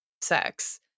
sex